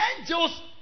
angels